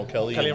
Kelly